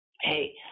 hey